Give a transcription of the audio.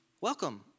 welcome